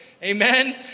Amen